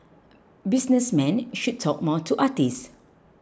businessmen should talk more to artists